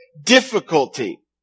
difficulty